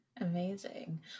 amazing